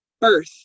birth